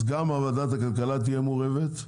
אז גם ועדת הכלכלה תהיה מעורבת,